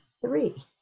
three